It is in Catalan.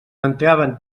entraven